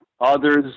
Others